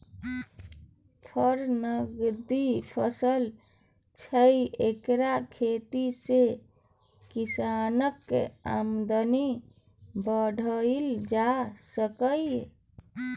फर नकदी फसल छै एकर खेती सँ किसानक आमदनी बढ़ाएल जा सकैए